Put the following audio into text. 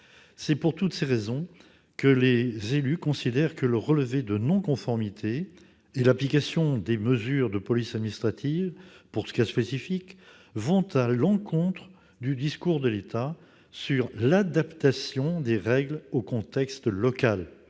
Pour toutes ces raisons, les élus considèrent que le relevé de non-conformité et l'application des mesures de police administrative, dans ce cas spécifique, vont à l'encontre du discours de l'État sur l'adaptation des règles au contexte local.